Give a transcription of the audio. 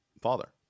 father